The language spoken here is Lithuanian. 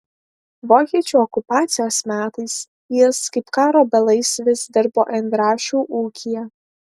vokiečių okupacijos metais jis kaip karo belaisvis dirbo indrašių ūkyje